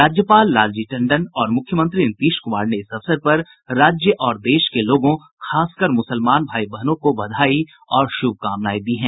राज्यपाल लालजी टंडन और मुख्यमंत्री नीतीश कुमार ने इस अवसर पर राज्य और देश के लोगों खासकर मुसलमान भाई बहनों को बधाई और शुभकामनाएं दी हैं